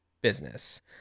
business